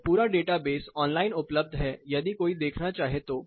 यह पूरा database online उपलब्ध है यदि कोई देखना चाहे तो